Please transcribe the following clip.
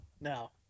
No